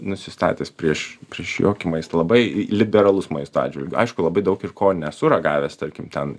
nusistatęs prieš prieš jokį labai liberalus maisto atžvilgiu aišku labai daug ir ko nesu ragavęs tarkim ten